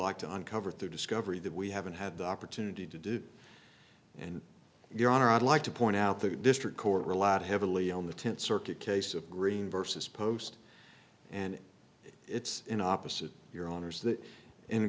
like to uncover through discovery that we haven't had the opportunity to do and your honor i'd like to point out that the district court relied heavily on the tenth circuit case of green versus post and it's in opposite your owners that in